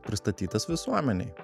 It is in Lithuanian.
pristatytas visuomenei